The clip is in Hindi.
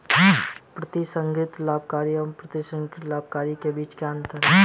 प्रतिसंहरणीय लाभार्थी और अप्रतिसंहरणीय लाभार्थी के बीच क्या अंतर है?